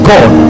God